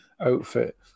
outfit